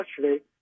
yesterday